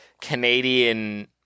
Canadian